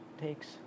takes